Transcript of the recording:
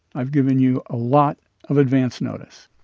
i've given you a lot of advance notice.